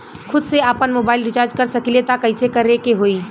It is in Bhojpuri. खुद से आपनमोबाइल रीचार्ज कर सकिले त कइसे करे के होई?